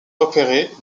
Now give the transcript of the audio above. repérer